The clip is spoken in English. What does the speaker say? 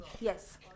Yes